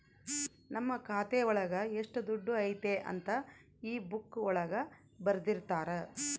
ನಮ್ ಖಾತೆ ಒಳಗ ಎಷ್ಟ್ ದುಡ್ಡು ಐತಿ ಅಂತ ಈ ಬುಕ್ಕಾ ಒಳಗ ಬರ್ದಿರ್ತರ